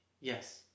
Yes